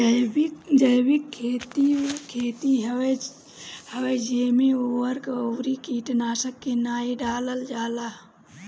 जैविक खेती उ खेती हवे जेमे उर्वरक अउरी कीटनाशक के नाइ डालल जाला